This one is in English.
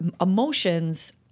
emotions